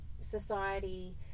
society